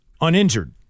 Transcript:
uninjured